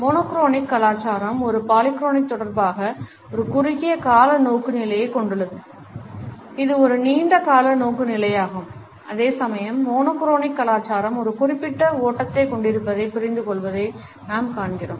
monochronic கலாச்சாரம் ஒரு polychronic தொடர்பாக ஒரு குறுகிய கால நோக்குநிலையைக் கொண்டுள்ளது இது ஒரு நீண்ட கால நோக்குநிலையாகும் அதேசமயம் மோனோ குரோனிக் கலாச்சாரம் ஒரு குறிப்பிட்ட ஓட்டத்தைக் கொண்டிருப்பதைப் புரிந்துகொள்வதை நாம் காண்கிறோம்